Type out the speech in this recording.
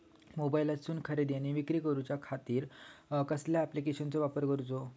मोबाईलातसून खरेदी आणि विक्री करूच्या खाती कसल्या ॲप्लिकेशनाचो वापर करूचो?